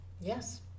Yes